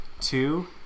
two